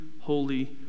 holy